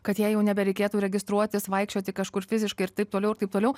kad jai jau nebereikėtų registruotis vaikščioti kažkur fiziškai ir taip toliau ir taip toliau